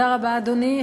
תודה רבה, אדוני.